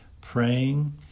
praying